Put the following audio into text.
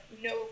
no